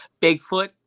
Bigfoot